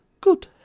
Good